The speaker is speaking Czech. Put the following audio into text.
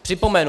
Připomenu.